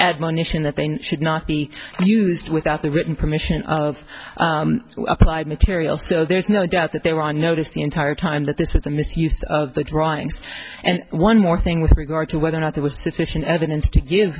admonition that they should not be used without the written permission of applied materials so there's no doubt that they were on notice the entire time that this was a misuse of the drawings and one more thing with regard to whether or not there was sufficient evidence to give